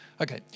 Okay